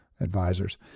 advisors